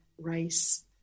rice